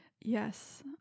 yes